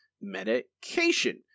medication